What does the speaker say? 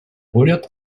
уряд